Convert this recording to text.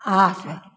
आठ